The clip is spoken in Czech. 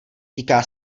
týká